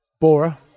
Bora